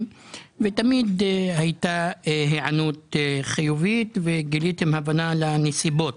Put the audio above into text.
ותמיד הייתה היענות חיובית וגיליתם הבנה לנסיבות.